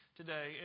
today